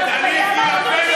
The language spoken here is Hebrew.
ובכל העולם,